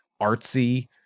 artsy